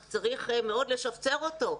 רק צריך מאוד לשפצר אותו,